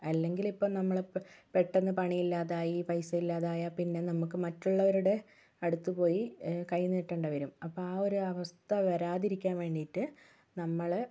അല്ലെങ്കിൽ ഇപ്പം നമ്മളിപ്പോൾ പെട്ടെന്ന് പണിയില്ലാതായി പൈസ ഇല്ലാതായാൽ പിന്നെ നമുക്ക് മറ്റുള്ളവരുടെ അടുത്ത് പോയി കൈനീട്ടേണ്ടിവരും അപ്പോൾ ആ ഒരവസ്ഥ വരാതിരിക്കാൻ വേണ്ടിയിട്ട് നമ്മള്